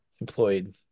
employed